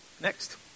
Next